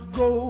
go